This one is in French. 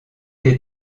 des